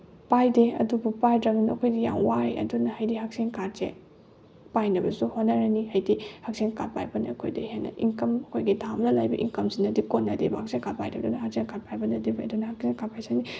ꯄꯥꯏꯗꯦ ꯑꯗꯨꯕꯨ ꯄꯥꯏꯗ꯭ꯔꯕꯅꯤꯅ ꯑꯩꯈꯣꯏꯁꯤ ꯌꯥꯝ ꯋꯥꯏ ꯑꯗꯨꯅ ꯍꯥꯏꯗꯤ ꯍꯛꯁꯦꯜ ꯀꯥꯠꯁꯦ ꯄꯥꯏꯅꯕꯁꯨ ꯍꯣꯠꯅꯔꯅꯤ ꯍꯥꯏꯗꯤ ꯍꯛꯁꯦꯜ ꯀꯥꯠ ꯄꯥꯏꯕꯅ ꯑꯩꯈꯣꯏꯗ ꯍꯦꯟꯅ ꯏꯟꯀꯝ ꯑꯩꯈꯣꯏꯒꯤ ꯊꯥ ꯑꯃꯗ ꯂꯥꯛꯏꯕ ꯏꯝꯀꯝꯁꯤꯅꯗꯤ ꯀꯣꯟꯅꯗꯦꯕ ꯍꯛꯁꯦꯜ ꯀꯥꯠ ꯄꯥꯏꯗ꯭ꯔꯒꯅ ꯍꯛꯁꯦꯜ ꯀꯥꯠ ꯄꯥꯏꯕꯅꯗꯤ ꯐꯩ ꯑꯗꯨꯅ ꯍꯛꯁꯦꯜ ꯀꯥꯠ